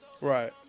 Right